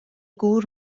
گور